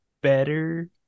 better